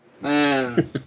Man